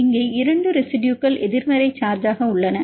இங்கே இந்த 2 ரெசிடுயுகள் எதிர்மறை சார்ஜ் ஆக உள்ளன